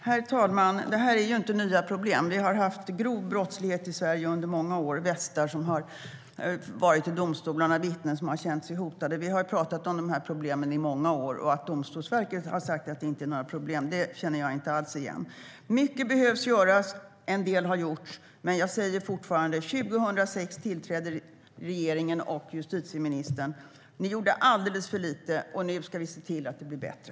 Herr ålderspresident! Det här är ju inte nya problem. Vi har haft grov brottslighet i Sverige under många år. Det har handlat om att man har haft västar på sig i domstolarna och att vittnen känt sig hotade. Vi har pratat om de här problemen i många år. Att Domstolsverket skulle ha sagt att det inte är några problem känner jag inte alls igen. Mycket behöver göras. En del har gjorts. Men jag säger fortfarande: 2006 tillträdde alliansregeringen med Beatrice Ask som justitieminister. Ni gjorde alldeles för lite, och nu ska vi se till att det blir bättre.